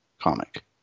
comic